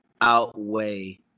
outweigh